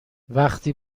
وقتی